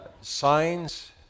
signs